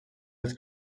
dels